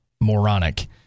moronic